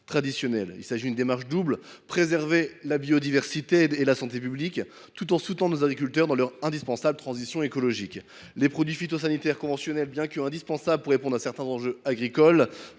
Il s’agit d’une démarche double : préserver la biodiversité et la santé publique tout en soutenant nos agriculteurs dans leur indispensable transition écologique. Les produits phytosanitaires conventionnels, bien qu’indispensables pour répondre à certains enjeux agricoles,